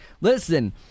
Listen